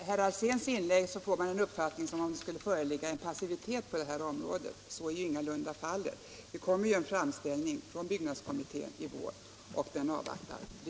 Herr talman! Av herr Alséns inlägg får man det intrycket att det skulle föreligga en passivitet på detta område. Så är ingalunda fallet. Det kommer ju en framställning från byggnadskommittén i vår, och den avvaktar vi.